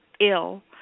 ill